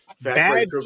Bad